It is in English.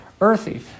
earthy